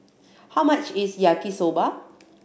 how much is Yaki Soba